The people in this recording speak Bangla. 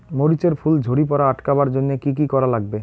মরিচ এর ফুল ঝড়ি পড়া আটকাবার জইন্যে কি কি করা লাগবে?